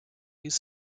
use